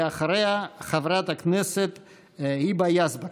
ואחריה, חברת הכנסת היבה יזבק.